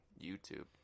YouTube